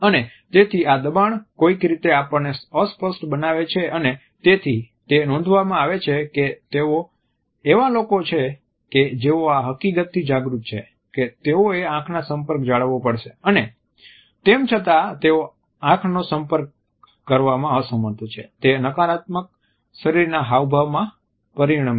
અને તેથી આ દબાણ કોઈક રીતે આપણને અસ્પષ્ટ બનાવે છે અને તેથી તે નોંધવામાં આવે છે કે તેઓ એવા લોકો છે કે જેઓ આ હકીકતથી જાગૃત છે કે તેઓએ આંખનો સંપર્ક જાળવવો પડશે અને તેમ છતાં તેઓ આંખનો સંપર્ક કરવામાં અસમર્થ છે તે નકારાત્મક શરીરના હાવભાવમાં પરિણમે છે